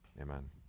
Amen